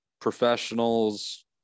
professionals